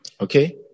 okay